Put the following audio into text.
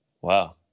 Wow